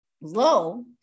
low